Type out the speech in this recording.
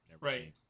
Right